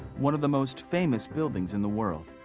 one of the most famous buildings in the world.